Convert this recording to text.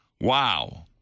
Wow